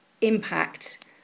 impact